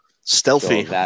Stealthy